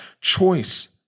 choice